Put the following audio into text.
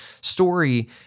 story